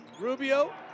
Rubio